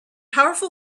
powerful